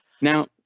Now